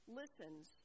listens